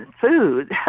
food